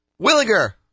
Williger